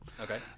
okay